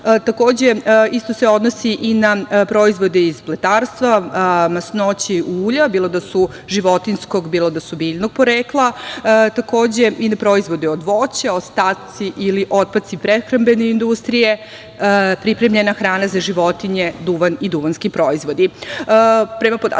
Takođe, isto se odnosi i na proizvode iz pletarstva, masnoće i ulja, bilo da su životinjskog, bilo da su biljnog porekla, takođe i proizvodi od voća, ostaci ili otpaci prehrambene industrije, pripremljena hrana za životinje, duvan i duvanski proizvodi. Prema